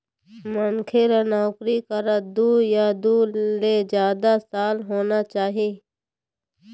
मनखे ल नउकरी करत दू या दू ले जादा साल होना चाही